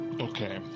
Okay